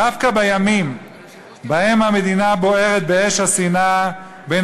דווקא בימים שבהם המדינה בוערת באש השנאה בין